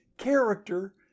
character